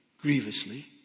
grievously